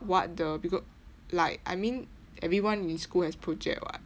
what the becau~ like I mean everyone in school has project [what]